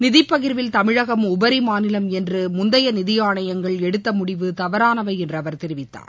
நிதிப் பகிா்வில் தமிழகம் உபரி மாநிலம் என்று முந்தைய நிதி ஆணையங்கள் எடுத்த முடிவு தவறாளவை என்று அவர் தெரிவித்தார்